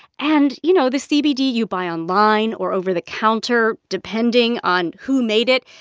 and you know, the cbd you you buy online or over the counter, depending on who made it,